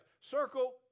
circle